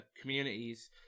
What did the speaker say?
communities